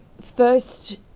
first